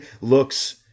looks